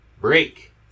Break